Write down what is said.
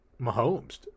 Mahomes